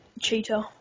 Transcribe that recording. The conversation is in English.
cheetah